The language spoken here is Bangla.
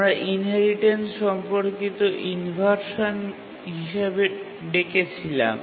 আমরা ইনহেরিটেন্স সম্পর্কিত ইনভারশান হিসাবে ডেকেছিলাম